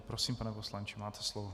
Prosím, pane poslanče, máte slovo.